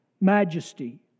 majesty